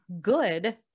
good